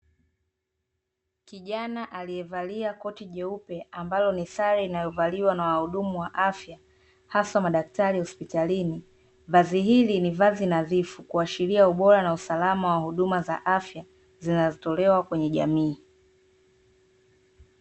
Kijana aliyevalia koti jeupe ambalo ni sare inayovaliwa na wahudumu wa afya, hasa madaktari hospitalini. Vazi hili ni vazi nadhifu, kuashiria ubora na usalama wa huduma za afya zinazotolewa kwenye jamii.